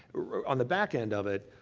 on the backend of it,